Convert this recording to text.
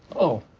oh,